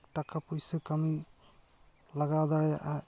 ᱴᱟᱠᱟ ᱯᱩᱭᱥᱟᱹ ᱠᱟᱹᱢᱤ ᱞᱟᱜᱟᱣ ᱫᱟᱲᱮᱭᱟᱜᱼᱟᱭ